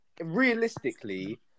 realistically